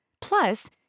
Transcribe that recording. Plus